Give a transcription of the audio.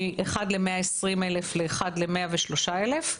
מ-1 ל-120,000 ל1- ל-103,000.